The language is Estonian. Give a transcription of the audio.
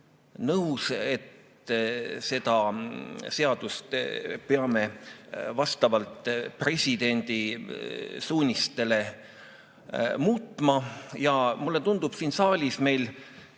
nõus, et seda seadust me peame vastavalt presidendi suunistele muutma. Mulle tundub, et siin saalis me